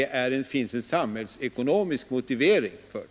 inte finns en samhällsekonomisk motivering för den.